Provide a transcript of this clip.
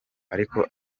ariko